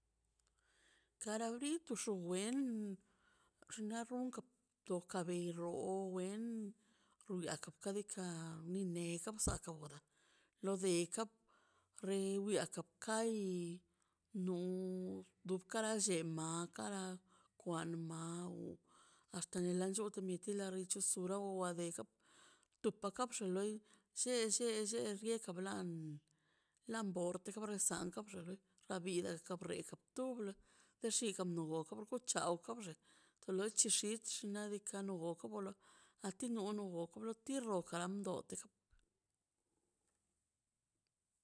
Kari brito xu wen xnaꞌ runkan to ka bei roo wen ruiak topa ka ni negs gasora lo deka rian ro raka kari no dub kara llemaꞌ kara kwan ma axta lo lan llora mieti lora llisu laro mi oa deka tupka to xun loi lle lle lle rien ka blan la bronten kara sa kan lo xe loi la vida ka briekan tublo tu xinga ka bloke kup chaw ka bxe to lo xichich xnaꞌ diikaꞌ to blo kablo a ti nono a ti blojo grandote